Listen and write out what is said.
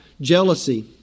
jealousy